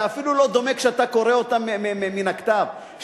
זה אפילו לא דומה לכשאתה קורא אותם מן הכתב.